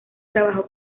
trabajó